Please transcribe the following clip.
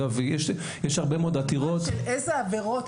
של איזה עבירות,